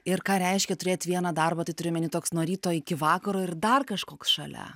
ir ką reiškia turėt vieną darbą tai turi omeny toks nuo ryto iki vakaro ir dar kažkoks šalia